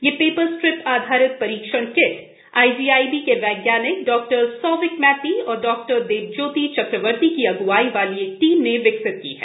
यह paper strip आधारित परीक्षण किट आईजीआईबी के वैज्ञानिक डॉ सौविक मैती और डॉ देबज्योति चक्रवर्ती की अग्आई वाली एक टीम ने विकसित की है